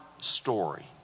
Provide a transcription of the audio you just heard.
story